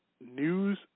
News